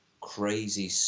crazy